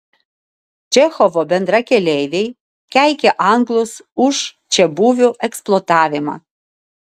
čechovo bendrakeleiviai keikė anglus už čiabuvių eksploatavimą